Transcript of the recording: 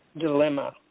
dilemma